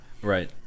Right